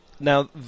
Now